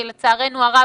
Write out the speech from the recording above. כי לצערנו הרב,